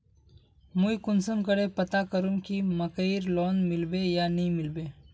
मुई कुंसम करे पता करूम की मकईर लोन मिलबे या नी मिलबे?